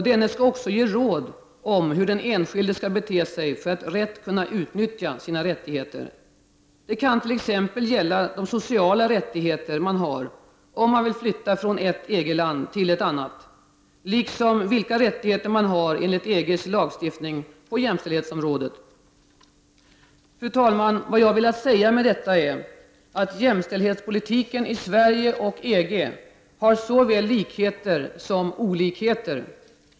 Denne skall också ge råd om hur den enskilde skall bete sig för att rätt kunna utnyttja sina rättigheter. Det kan t.ex. gälla de sociala rättigheter man har, om man vill flytta från ett EG-land till ett annat, liksom vilka rättigheter man har enligt EG:s lagstiftning på jämställdhetsområdet. Fru talman! Vad jag velat säga med detta är att jämställdhetspolitiken i Sverige och inom EG har såväl likheter som olikheter.